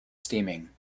steaming